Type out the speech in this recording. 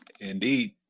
Indeed